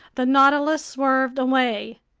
the nautilus swerved away.